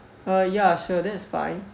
uh ya sure that is fine